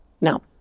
Now